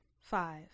Five